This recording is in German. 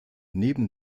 neben